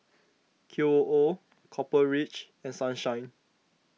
Qoo Copper Ridge and Sunshine